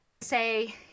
say